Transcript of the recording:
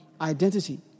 identity